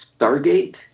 Stargate